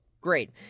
Great